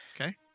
Okay